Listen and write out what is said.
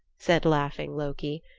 said laughing loki,